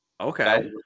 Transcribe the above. Okay